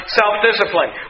self-discipline